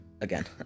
again